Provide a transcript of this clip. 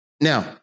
Now